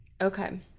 Okay